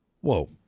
Whoa